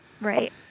Right